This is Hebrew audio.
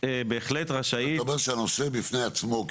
אתה אומר שהנושא בפני עצמו,